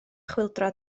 chwyldro